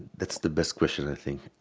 that's the best question i think,